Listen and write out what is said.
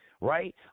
right